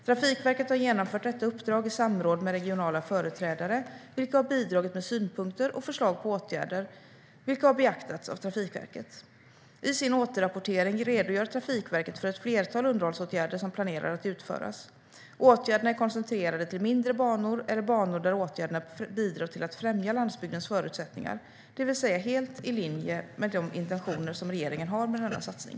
Trafikverket har genomfört detta uppdrag i samråd med regionala företrädare vilka har bidragit med synpunkter och förslag på åtgärder som har beaktats av Trafikverket. I sin återrapportering redogör Trafikverket för ett flertal underhållsåtgärder som planeras att utföras. Åtgärderna är koncentrerade till mindre banor eller banor där åtgärderna bidrar till att främja landsbygdens förutsättningar, det vill säga helt i linje med de intentioner som regeringen har med denna satsning.